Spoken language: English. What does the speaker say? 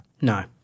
No